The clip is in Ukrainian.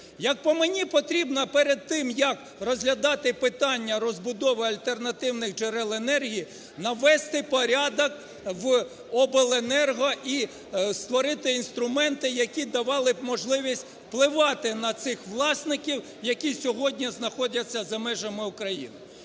Як по мені, потрібно перед тим, як розглядати питання розбудови альтернативних джерел енергії, навести порядок в обленерго і створити інструменти, які давали б можливість впливати на цих власників, які сьогодні знаходяться за межами України.